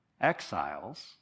exiles